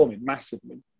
massively